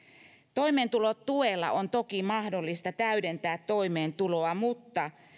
toimeentulotuella on toki mahdollista täydentää toimeentuloa mutta